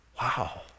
wow